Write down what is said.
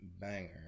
banger